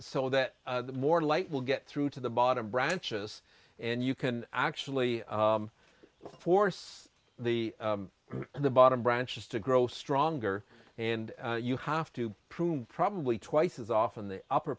o that more light will get through to the bottom branches and you can actually force the the bottom branches to grow stronger and you have to prove probably twice as often the upper